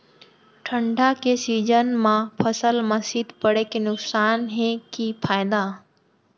ठंडा के सीजन मा फसल मा शीत पड़े के नुकसान हे कि फायदा?